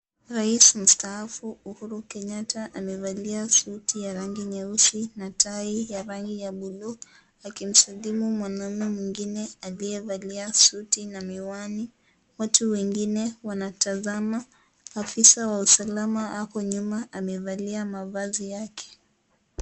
Raisi mstaafu Uhuru Kenyatta, amevalia suti ya rangi nyeusi na tai ya rangi ya buluu, akimsalimu mwanaume mwingine aliyevalia suti na miwani. Watu wengine, wanatazama. Afisa wa usalama ako nyuma amevalia mavazi yake.